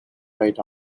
right